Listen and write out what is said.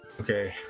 Okay